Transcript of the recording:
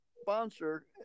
sponsor